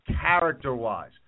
character-wise